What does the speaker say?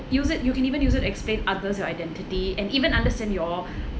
use it you can even use it explain others your identity and even understand your